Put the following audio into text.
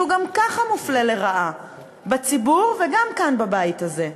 שהוא גם כך מופלה לרעה בציבור וגם כאן בבית הזה.